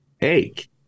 ache